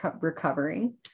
recovering